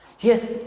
yes